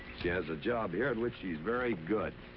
she has a job here at which she's very good,